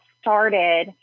started